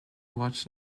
watch